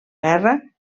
guerra